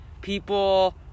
People